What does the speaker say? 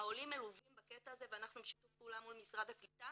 העולים מלווים בקטע הזה ואנחנו בשיתוף פעולה מול משרד הקליטה